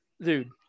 dude